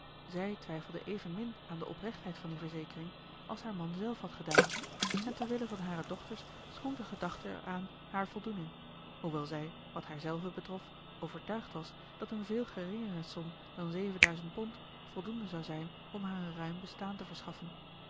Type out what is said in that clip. zij twijfelde evenmin aan de oprechtheid van die verzekering als haar man zelf had gedaan en ter wille van hare dochters schonk de gedachte eraan haar voldoening hoewel zij wat haarzelve betrof overtuigd was dat een veel geringere som dan zevenduizend pond voldoende zou zijn om haar een ruim bestaan te verschaffen